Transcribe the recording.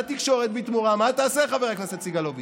והתקשורת, בתמורה, מה תעשה, חבר הכנסת סגלוביץ'?